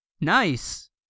Nice